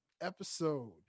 episode